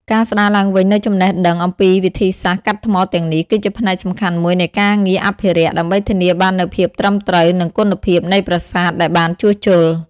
ការស្ដារឡើងវិញនូវចំណេះដឹងអំពីវិធីសាស្ត្រកាត់ថ្មទាំងនេះ គឺជាផ្នែកសំខាន់មួយនៃការងារអភិរក្ស ដើម្បីធានាបាននូវភាពត្រឹមត្រូវ និងគុណភាពនៃប្រាសាទដែលបានជួសជុល។